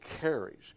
carries